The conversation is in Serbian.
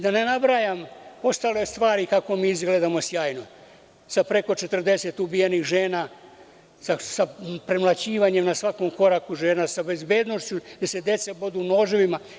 Da ne nabrajam ostale stvari, kako mi izgledamo sjajno, sa preko 40 ubijenih žena, sa premlaćivanjem na svakom koraku žena, sa bezbednošću, gde se deca bodu noževima.